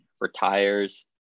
Retires